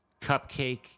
cupcake